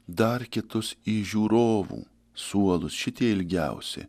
dar kitus į žiūrovų suolus šitie ilgiausi